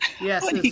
Yes